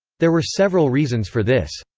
there were several reasons for this.